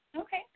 Okay